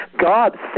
God